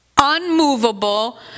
Unmovable